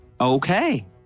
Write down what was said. okay